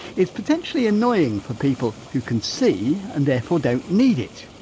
it's potentially annoying for people who can see and therefore don't need it